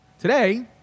Today